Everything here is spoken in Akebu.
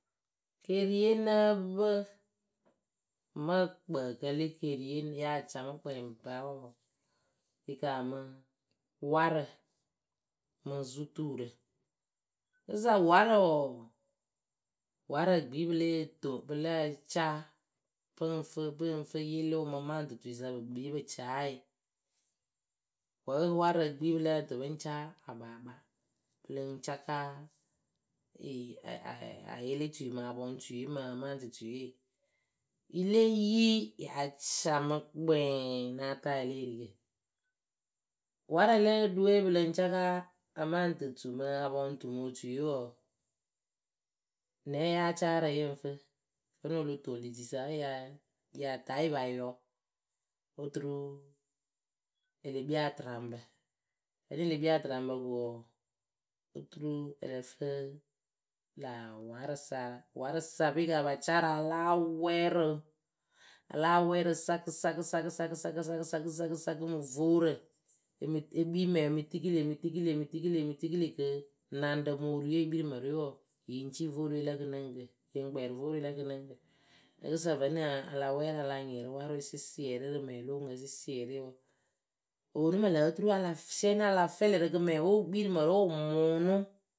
Keeriye nǝ́ǝ pɨ, mɨ ǝkpǝǝkǝ le keeriye ya ca mɨ kpɛɛ ŋpa wɔɔ yɨ kaamɨ: warǝ mɨ zutuurǝ Kɨza warǝ wɔɔ, warǝ gbii pɨ lée to pɨ lǝ́ǝ caa, pɨ ŋ fɨ pɨ ŋ fɨ yɩlɩʊ mɨ maŋtɩtuisa pɨ kpii pɨ caa yɩ. Wǝ́ warǝ gbii pɨ lǝ́ǝ tɨ pɨ ŋ caa akpaakpa pɨ lɨŋ cakaa ee, a a ayɩlɩtui mɨ apɔŋtuiye mɨ amaŋtɩtuiye, yɨ le yi yáa ca mɨ kpɛɛɛ, náa taa yɨle erikǝ. Warǝ le ɖɨwe pɨ lɨŋ cakaa amaŋtɨtu mɨ apɔŋtu mo otuye wɔɔ, nɛɛ yáa caa rɨ yɨ ŋ fɨ? Vonu o lo toŋ lë siisa wǝ́ ya yah ta yɨ pa yɔɔ oturu, e le kpii atɨraŋbǝ, vǝ́nɨ e le kpii atɨraŋbǝ ko wɔɔ, oturu ǝ lǝ fɨɨ lä warɨsaa, warɨsa pe ka apa caa rɨ a láa wɛɛ rɨ a láa wɛɛrɨ sakɨ sakɨ, sakɨ, sakɨ, sakɨ sakɨ, sakɨ sakɨ, sakɨ mɨ voorǝ e mɨ, e kpii mɛŋ e mɨ tikili e mɨ tikili, e mɨ tikili, e mɨ tikili kɨ, naŋɖǝ mɨ oruye yɨ kpii rɨ mǝrɨwe wɔɔ, yǝ ŋ ci voorɨwe lǝ kɨnɨŋkǝ, yɨ ŋ kpɛɛ rɨ voorɨwe lǝ kɨnɨŋkǝ. Rɨkɨsa vǝ́nɨŋ aa a la wɛɛ rɨ a la nyɩɩrɩ warɨwe sɨsiɛrɩ rɨ mɛŋwǝ lo oŋuŋkǝ sɨsiɛrɩ wɔɔ, wɨ ponu mɨ lǝ̈ oturu a la fɨɨ, sɩɛnɩ a la fɛlɩ rɨ kɨ mɛŋwe wɨ kpii rɨ mǝrɨwe wʊ mʊʊnʊ.